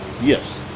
yes